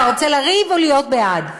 אתה רוצה לריב או להיות בעד?